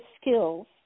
skills